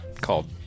called